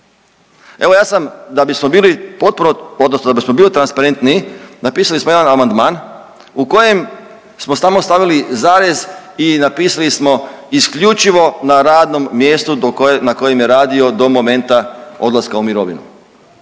odnosno da bismo bili transparentniji napisali smo jedan amandman u kojem smo samo stavili zarez i napisali smo isključivo na radnom mjestu do koje, na kojem je radio do momenta odlaska u mirovinu.